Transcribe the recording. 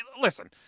Listen